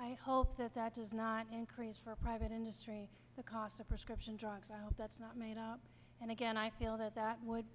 i hope that that does not increase for private industry the cost of prescription drugs that's not made up and again i feel that that would